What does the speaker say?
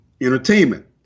entertainment